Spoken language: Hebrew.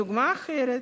דוגמה אחרת: